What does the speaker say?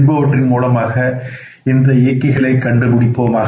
என்பவற்றின் மூலமாக கண்டுபிடிப்போமாக